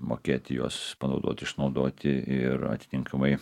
mokėti juos panaudoti išnaudoti ir atitinkamai